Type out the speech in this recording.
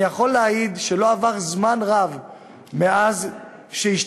אני יכול להעיד שלא עבר זמן רב עד שהצלחנו,